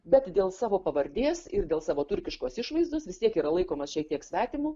bet dėl savo pavardės ir dėl savo turkiškos išvaizdos vis tiek yra laikomas šiek tiek svetimu